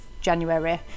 January